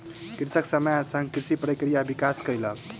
कृषक समय के संग कृषि प्रक्रिया के विकास कयलक